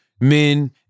men